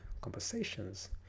conversations